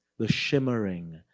the shimmering,